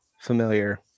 familiar